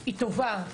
היא טובה.